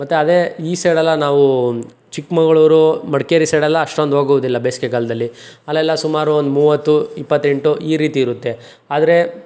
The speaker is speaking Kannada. ಮತ್ತೆ ಅದೇ ಈ ಸೈಡೆಲ್ಲ ನಾವು ಚಿಕ್ಕಮಗಳೂರು ಮಡಿಕೇರಿ ಸೈಡೆಲ್ಲ ಅಷ್ಟೊಂದು ಹೋಗುವುದಿಲ್ಲ ಬೇಸಿಗೆಗಾಲ್ದಲ್ಲಿ ಅಲೆಲ್ಲ ಸುಮಾರು ಒಂದು ಮೂವತ್ತು ಇಪ್ಪತ್ತೆಂಟು ಈ ರೀತಿ ಇರುತ್ತೆ ಆದರೆ